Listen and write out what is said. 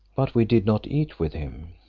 but we did not eat with him.